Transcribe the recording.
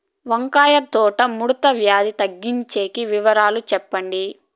వంకాయ తోట ముడత వ్యాధి తగ్గించేకి వివరాలు చెప్పండి?